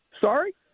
Sorry